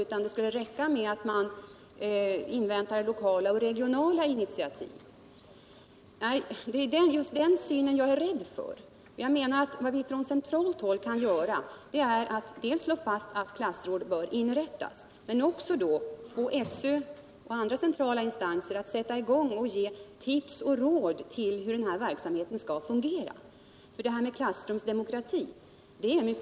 utan det kunde räcka med att invänta lokala och regionala initiativ. Det är just den synen som jag är rädd för. Jag anser att vad vi på centralt håll kan göra är att dels slå fast att klassråd bör inrättas, dels förmå regeringen och därmed SÖ att sätta i gång arbetet att ge tips och råd om hur denna verksamhet skall fungera. Klassrumsdemokrati är svårt.